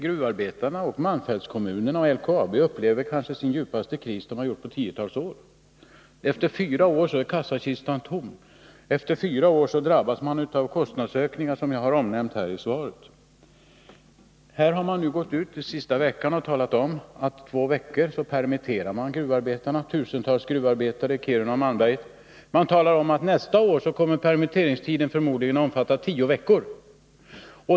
Gruvarbetarna, malmfältskommunerna och LKAB upplever nu den kanske djupaste krisen på tiotals år. Efter fyra år är kassakistan tom. Efter fyra år drabbas man av de kostnadsökningar som jag omnämnt i min fråga. LKAB har under den senaste veckan talat om att man skall permittera gruvarbetarna under två veckor. Det gäller tusentals gruvarbetare i Kiruna och Malmberget. Man har också sagt att permitteringstiden nästa år förmodligen kommer att bli tio veckor.